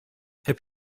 heb